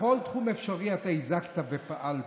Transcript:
בכל תחום אפשרי אתה הזקת ופעלת: